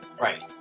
Right